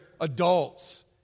adults